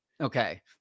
Okay